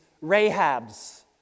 Rahab's